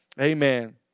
amen